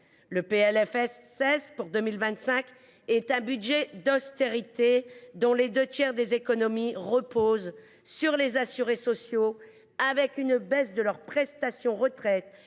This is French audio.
Le PLFSS pour 2025 est un budget d’austérité, dont les deux tiers des économies reposent sur les assurés sociaux, avec une baisse de leurs prestations de retraites,